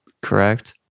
correct